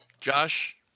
Josh